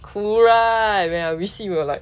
cool right when I we see we were like